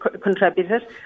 contributed